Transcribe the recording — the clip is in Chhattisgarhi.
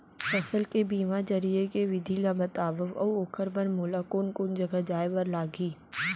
फसल के बीमा जरिए के विधि ला बतावव अऊ ओखर बर मोला कोन जगह जाए बर लागही?